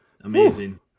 Amazing